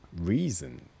reason